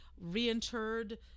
reinterred